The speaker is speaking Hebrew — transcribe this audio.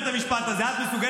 מה שאתה רואה זה נכון.